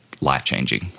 life-changing